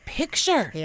picture